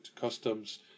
customs